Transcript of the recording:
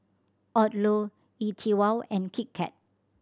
Odlo E Twow and Kit Kat